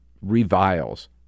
reviles